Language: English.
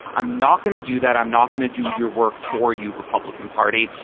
i'm not going to do that. i'm not going to do your work for you republican party.